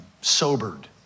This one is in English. sobered